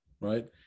right